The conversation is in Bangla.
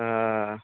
হ্যাঁ